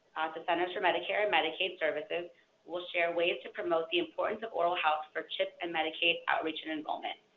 the centers for medicare and medicaid services will share ways to promote the importance of oral health for chip and medicaid outreach and enrollment.